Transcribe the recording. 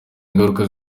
ingaruka